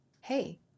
Hey